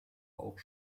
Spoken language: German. auch